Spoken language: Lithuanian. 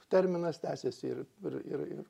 terminas tęsėsi ir ir ir ir